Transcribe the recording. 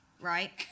right